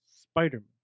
Spider-Man